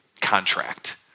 contract